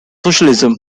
socialism